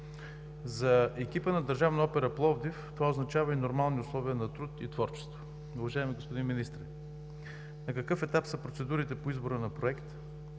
За екипа на Държавната опера – Пловдив, това означава и нормални условия на труд и творчество. Уважаеми господин Министър, на какъв етап са процедурите по избора на проект?